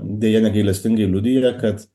deja negailestingai liudija kad